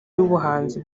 y’ubuhanzi